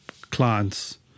clients